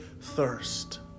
thirst